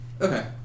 Okay